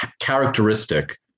characteristic